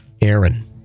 Aaron